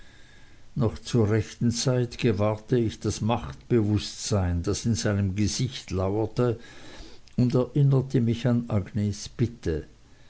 noch zur rechten zeit gewahrte ich das machtbewußtsein das in seinem gesicht lauerte und erinnerte mich an agnes bitte